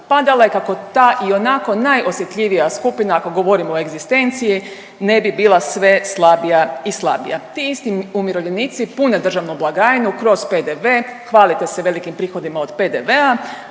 padala i kako ta ionako najosjetljivija skupina ako govorimo o egzistenciji ne bi bila sve slabija i slabija. Ti isti umirovljenici pune državnu blagajnu kroz PDV, hvalite se velikim prihodima od PDV-a,